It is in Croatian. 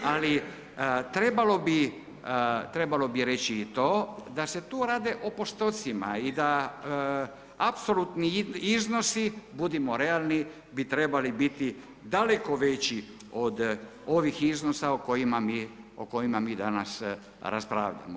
Ali trebalo bi reći i to da se tu radi o postocima i da apsolutni iznosi, budimo realni bi trebali biti daleko veći od ovih iznosa o kojima mi danas raspravljamo.